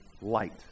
light